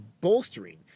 bolstering